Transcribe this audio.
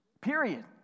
Period